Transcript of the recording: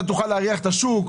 תוכל להריח את השוק,